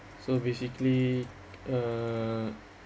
so basically uh